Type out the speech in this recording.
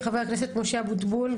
חבר הכנסת משה אבוטבול.